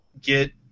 get